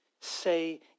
say